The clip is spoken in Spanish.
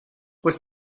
pues